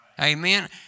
Amen